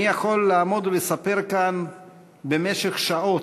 אני יכול לעמוד ולספר כאן במשך שעות,